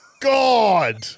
God